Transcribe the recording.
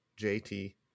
JT